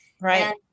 Right